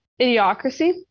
Idiocracy